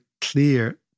clear